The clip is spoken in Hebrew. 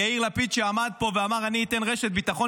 כי יאיר לפיד שעמד פה ואמר: אני אתן רשת ביטחון,